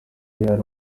real